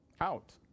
out